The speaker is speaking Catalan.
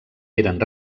eren